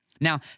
Now